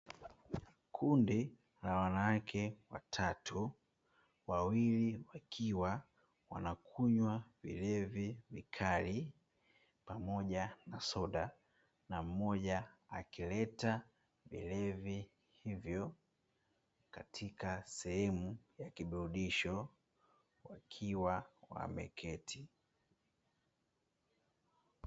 Kundi la wanawake watatu, wawili wakiwa wanakunywa vilevi vikali pamoja na soda, na mmoja akileta vilevi hivyo katika sehemu ya kiburudisho, wakiwa wameketi.